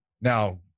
Now